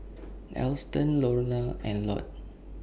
Alston Lorna and Lott